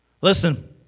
Listen